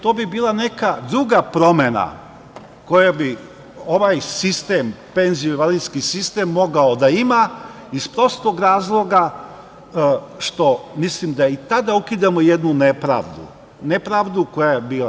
To bi bila neka druga promena koju bi ovaj sistem, penzijsko-invalidski sistem mogao da ima iz prostog razloga što mislim da i tada ukidamo jednu nepravdu, nepravdu koja je bila.